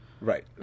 Right